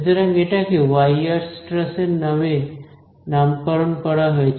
সুতরাং এটাকে ওয়াইআরস্ট্রাস এর নামে নামকরণ করা হয়েছে